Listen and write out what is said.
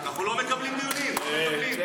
אנחנו לא מקבלים דיונים, לא מקבלים.